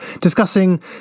discussing